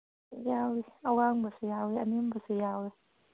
ꯌꯥꯎꯏ ꯑꯋꯥꯡꯕꯁꯨ ꯌꯥꯎꯏ ꯑꯅꯦꯝꯕꯁꯨ ꯌꯥꯎꯏ